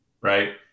right